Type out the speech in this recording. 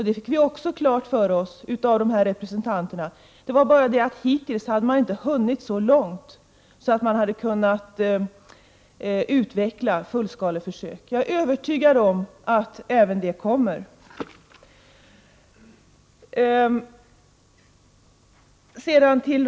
Det fick vi också klart för oss av dessa representanter, men hittills hade de inte hunnit så långt att de hade kunnat utveckla fullskaleförsök. Jag är övertygad om att också detta kommer.